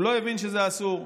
הוא לא הבין שזה אסור.